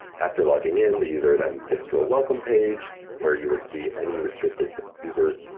after logging in, the user then gets to a welcome page where you would see any restricted user.